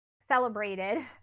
celebrated